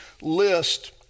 list